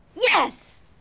Yes